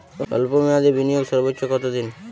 স্বল্প মেয়াদি বিনিয়োগ সর্বোচ্চ কত দিন?